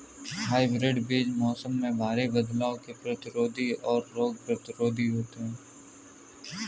hybrid बीज मौसम में भारी बदलाव के प्रतिरोधी और रोग प्रतिरोधी होते हैं